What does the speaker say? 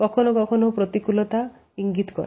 কখনো কখনো প্রতিকুলতা ইঙ্গিত করে